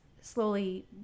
slowly